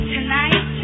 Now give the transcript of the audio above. Tonight